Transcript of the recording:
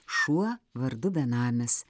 šuo vardu benamis